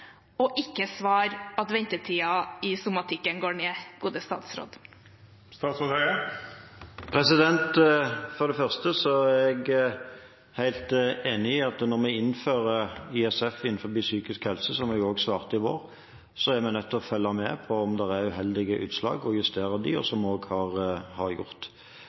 over? Ikke svar at ventetiden i somatikken går ned, gode statsråd. Jeg er helt enig i at når vi innfører ISF innenfor psykisk helse – som jeg svarte i vår – er vi nødt til å følge med på om det er uheldige utslag og justere dem, som jeg også har gjort.